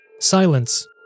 Silence